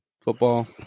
football